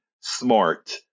smart